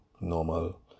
normal